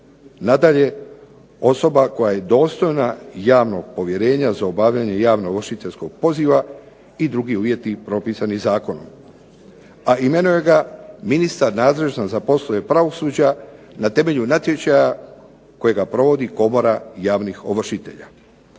Nadalje, osoba koja je dostojna javnog povjerenja za obavljanje javno ovršiteljskog poziva i drugi uvjeti propisani zakonom. A imenuje ga ministar nadležan za poslove pravosuđa na temelju natječaja kojega provodi Komora javnih ovršitelja.